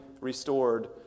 restored